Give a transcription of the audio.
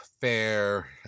Fair